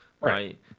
right